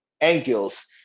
angels